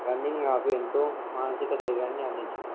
running నాకు ఎంతో మానసిక ఉద్వేగాన్ని అందించింది